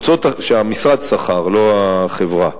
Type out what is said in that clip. שהמשרד שכר, לא החברה.